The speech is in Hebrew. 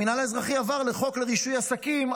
המינהל האזרחי עבר לחוק רישוי עסקים,